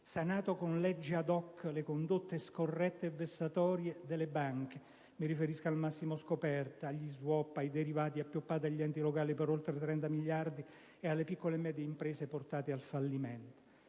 sanato con leggi *ad hoc* le condotte scorrette e vessatorie delle banche (mi riferisco alla commissione di massimo scoperto, agli *swap* e ai derivati appioppati agli enti locali per oltre 30 miliardi di euro ed alle piccole e medie imprese portate al fallimento).